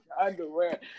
underwear